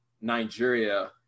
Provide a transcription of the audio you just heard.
nigeria